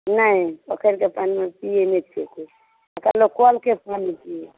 नहि पोखरिके पानि लोक पियैत नहि छै केओ एतऽ लोक कलके पानि पियैत छै